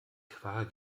qual